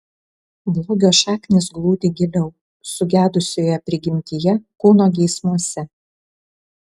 blogio šaknys glūdi giliau sugedusioje prigimtyje kūno geismuose